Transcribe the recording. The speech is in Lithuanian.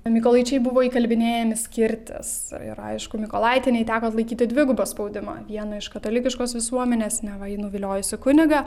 mykolaičiai buvo įkalbinėjami skirtis ir aišku mykolaitienei teko atlaikyti dvigubą spaudimą vieną iš katalikiškos visuomenės nevaji nuviliojusi kunigą